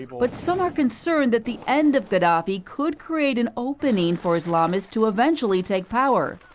but some are concerned that the end of gadhafi could create an opening for islamists to eventually take power.